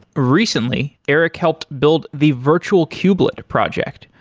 recently, erik helped build the virtual kubelet project,